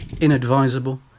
inadvisable